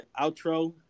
outro